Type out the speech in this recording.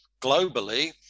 globally